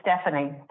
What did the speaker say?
Stephanie